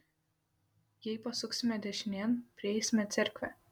jei pasuksime dešinėn prieisime cerkvę